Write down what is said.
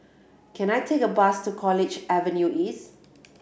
can I take a bus to College Avenue East